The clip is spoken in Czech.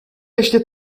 ještě